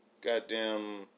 goddamn